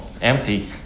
empty